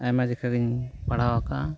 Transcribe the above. ᱟᱭᱢᱟ ᱡᱚᱠᱷᱟ ᱜᱮᱧ ᱯᱟᱲᱦᱟᱣ ᱠᱟᱜᱼᱟ